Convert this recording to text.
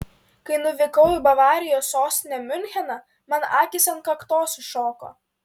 kai nuvykau į bavarijos sostinę miuncheną man akys ant kaktos iššoko